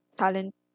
talent